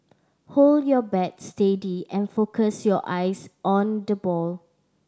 hold your bat steady and focus your eyes on the ball